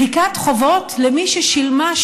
מחיקת חובות למי ששילמה,